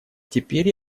теперь